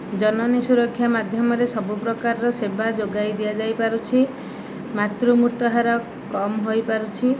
ଜନନୀ ସୁରକ୍ଷା ମାଧ୍ୟମରେ ସବୁ ପ୍ରକାରର ସେବା ଯୋଗାଇ ଦିଆଯାଇପାରୁଛି ମାତୃ ମୃତ୍ୟୁହାର କମ୍ ହୋଇପାରୁଛି